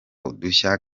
udushya